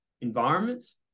environments